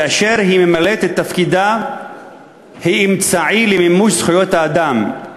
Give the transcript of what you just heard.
כאשר היא ממלאת את תפקידה היא אמצעי למימוש זכויות האדם,